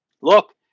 look